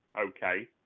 okay